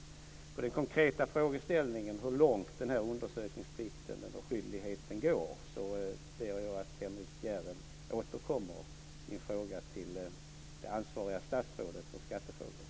På den konkreta frågan om hur långt undersökningsplikten, undersökningsskyldigheten, går vill jag svara Henrik Järrel med att be honom återkomma med en fråga till det för skattefrågor ansvariga statsrådet.